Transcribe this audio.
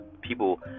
People